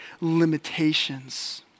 limitations